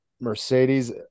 Mercedes